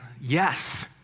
yes